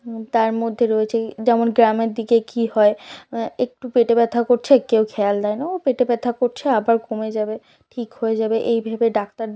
তার মধ্যে রয়েছে যেমন গ্রামের দিকে কি হয় একটু পেটে ব্যথা করছে কেউ খেয়াল দেয় না ও পেটে ব্যথা করছে আবার কমে যাবে ঠিক হয়ে যাবে এই ভেবে ডাক্তার